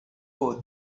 for